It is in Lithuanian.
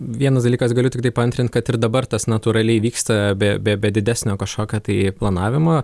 vienas dalykas galiu tiktai paantrint kad ir dabar tas natūraliai vyksta be be be didesnio kažkokio tai planavimo